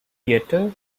theatre